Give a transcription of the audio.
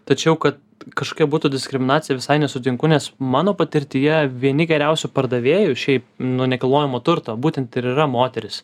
tačiau kad kažkokia būtų diskriminacija visai nesutinku nes mano patirtyje vieni geriausių pardavėjų šiaip nu nekilnojamo turto būtent ir yra moterys